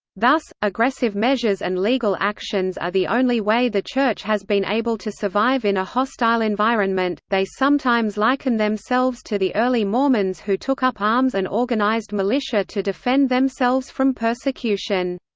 thus, aggressive measures and legal actions are the only way the church has been able to survive in a hostile environment they sometimes liken themselves to the early mormons who took up arms and organized militia to defend themselves from persecution.